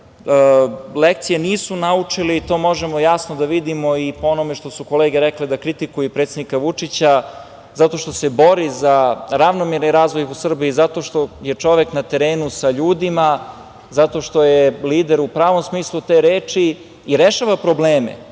nisu naučili i to možemo jasno da vidimo i po onome što su kolege rekle, da kritikuju predsednika Vučića, zato što se bori za ravnomerni razvoj Srbije i zato što je čovek na terenu sa ljudima, zato što je lider u pravom smislu te reči i rešava probleme. Znači,